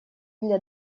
для